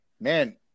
man